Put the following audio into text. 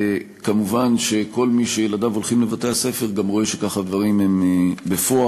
וכמובן כל מי שילדיו הולכים לבתי-הספר גם רואה שכך הדברים הם בפועל.